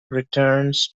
returns